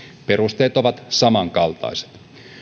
perusteet ovat samankaltaiset